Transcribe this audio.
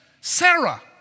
Sarah